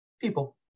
people